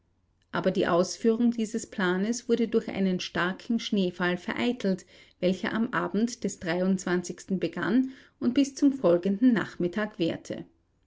aber die ausführung dieses planes wurde durch einen starken schneefall vereitelt welcher am abend des begann und bis zum folgenden nachmittag währte